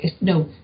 No